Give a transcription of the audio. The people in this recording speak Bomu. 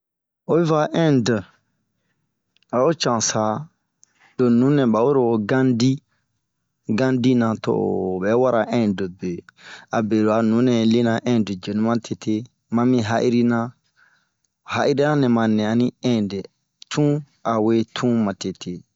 Oyi va ɛnde ao cansa ro nunɛ aba lo Ganji, Ganji na to'o bɛ wara ɛnde be. Abe lo'a nunɛ lena ɛnde yenu matete ma mi ha'irina nɛ ari ɛnde tun awe un matete.